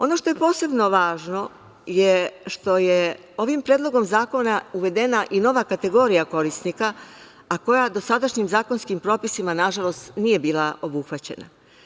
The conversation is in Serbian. Ono što je posebno važno je što je ovim predlogom zakona uvedena i nova kategorija korisnika, a koja dosadašnjim zakonskim propisima nažalost nije bila obuhvaćena.